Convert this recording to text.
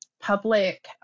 public